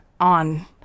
on